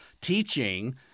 teaching